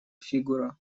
фигура